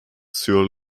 sur